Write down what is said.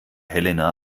helena